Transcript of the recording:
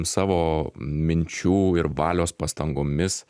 savo minčių ir valios pastangomis